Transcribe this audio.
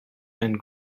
and